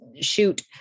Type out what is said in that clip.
shoot